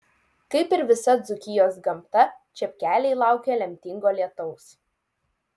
kaip ir visa dzūkijos gamta čepkeliai laukia lemtingo lietaus